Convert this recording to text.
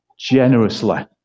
Generously